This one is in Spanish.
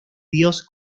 dios